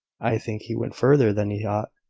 i think he went further than he ought,